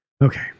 Okay